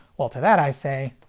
well to that i say,